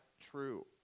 true